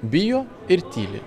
bijo ir tyli